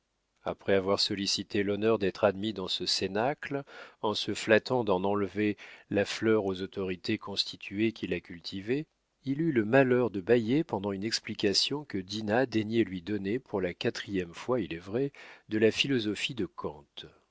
après avoir sollicité l'honneur d'être admis dans ce cénacle en se flattant d'en enlever la fleur aux autorités constituées qui la cultivaient il eut le malheur de bâiller pendant une explication que dinah daignait lui donner pour la quatrième fois il est vrai de la philosophie de